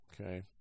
Okay